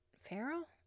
Farrell